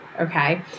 okay